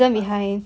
what song